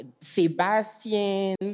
Sebastian